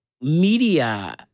media